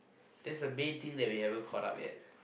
that's the main thing that you haven't caught up yet